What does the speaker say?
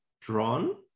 drawn